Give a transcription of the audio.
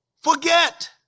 forget